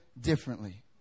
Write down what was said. differently